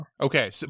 Okay